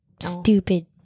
Stupid